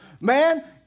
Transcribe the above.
Man